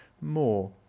more